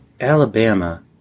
Alabama